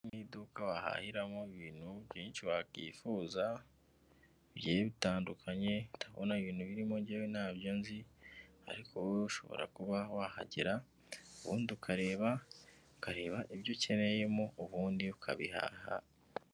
Ni mu iduka wahahiramo ibintu byinshi wakwifuza bigiye bitandukanye utabona ibintu birimo njyewe ntabyo nzi ariko wowe ushobora kuba wahagera ubundi ukareba ukareba ibyo ukeneyemo ubundi ukabihaha.